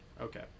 Okay